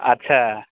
अच्छा